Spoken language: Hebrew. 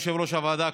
יושב-ראש הוועדה.